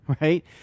right